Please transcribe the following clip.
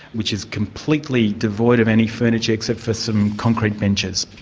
which is completely devoid of any furniture except for some concrete benches.